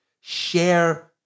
share